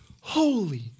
holy